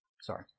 Sorry